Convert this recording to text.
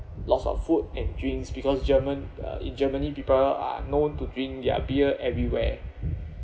lots of food and drinks because german uh in germany people are known to drink their beer everywhere